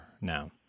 now